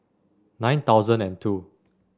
nine thousand and two